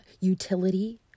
utility